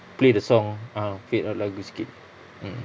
play the song ah fade up lagu sikit mmhmm